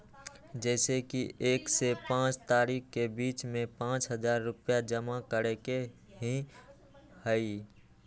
जैसे कि एक से पाँच तारीक के बीज में पाँच हजार रुपया जमा करेके ही हैई?